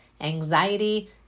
anxiety